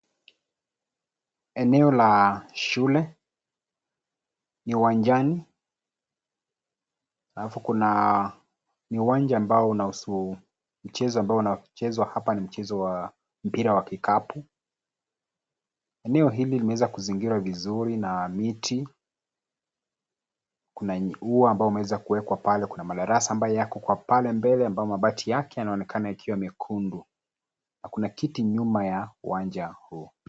Eneo la shule ni uwanjani alafu kuna ni uwanja ambao unahusu mchezo ambao unachezwa hapa ni mchezo wa mpira wa kikapu. Eneo hili limeweza kuzingirwa vizuri na miti kuna ua ambao umweza kuwekwa pale, kuna madarasa yako kwa pale mblele ambayao mabati yanaonekana yakiwa mekundu. Na kuna kiti nyuma ya uwanja huu.